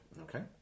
Okay